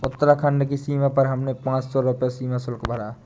उत्तराखंड की सीमा पर हमने पांच सौ रुपए सीमा शुल्क भरा